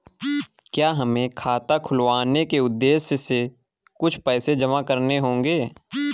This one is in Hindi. क्या हमें खाता खुलवाने के उद्देश्य से कुछ पैसे जमा करने होंगे?